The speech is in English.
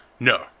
No